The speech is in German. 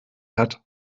hat